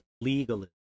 legalism